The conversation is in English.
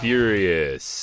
Furious